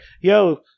yo